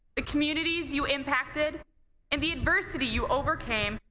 the communities you impacted and the adversity you overcame,